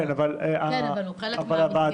כן, אבל הוא חלק מהמסגרת.